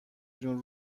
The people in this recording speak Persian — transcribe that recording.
جون